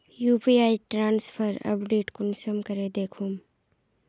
UPI transfer update कुंसम करे दखुम?